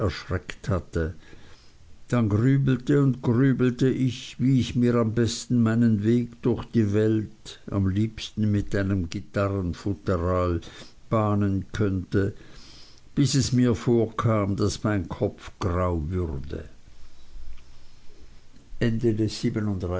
erschreckt hatte dann grübelte und grübelte ich wie ich mir am besten meinen weg durch die welt am liebsten mit einem gitarrenfutteral bahnen könnte bis es mir vorkam daß mein kopf grau würde